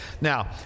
Now